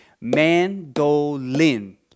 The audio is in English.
Mandolin